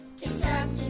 Kentucky